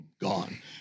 gone